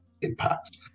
impact